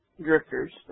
drifters